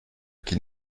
qu’il